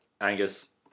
Angus